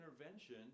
intervention